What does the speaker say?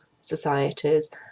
societies